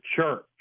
Church